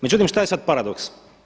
Međutim šta je sada paradoks?